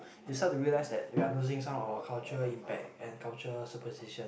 they start to realise that we are losing some of our cultural impact and cultural superstition